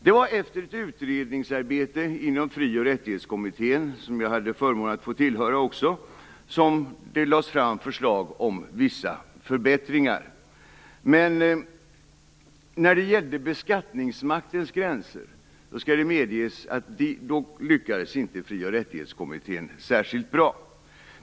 Det var efter ett utredningsarbete inom Fri och rättighetskommittén - som jag hade förmånen att få delta i - som det lades fram förslag om vissa förbättringar. Men när det gällde beskattningsmaktens gränser lyckades inte Fri och rättighetskommittén särskilt bra.